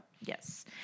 yes